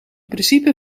principe